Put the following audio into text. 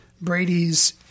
Brady's